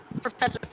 Professor